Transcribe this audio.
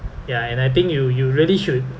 ya and I think you you really should